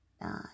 nine